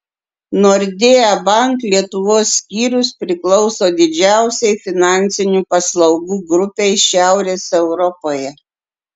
nordea bank lietuvos skyrius priklauso didžiausiai finansinių paslaugų grupei šiaurės europoje